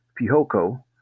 Pihoko